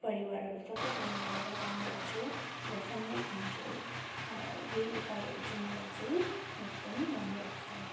परिवारहरू सबैजना मिलेर काम गर्छौँ र सँगै खान्छौँ यही उपायहरू चाहिँ मलाई चाहिँ एकदम राम्रो लाग्छ